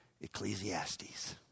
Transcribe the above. Ecclesiastes